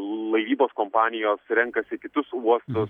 laivybos kompanijos renkasi kitus uostus